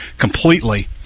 completely